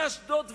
מאשדוד ודרומה,